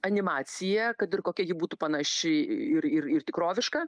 animacija kad ir kokia ji būtų panaši ir ir ir tikroviška